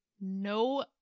No